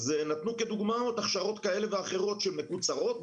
אז נתנו כדוגמאות הכשרות כאלה ואחרות שמקוצרות,